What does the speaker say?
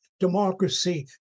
democracy